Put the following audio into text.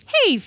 Hey